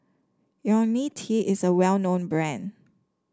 IoniL T is a well known brand